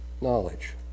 knowledge